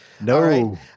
No